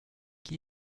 qui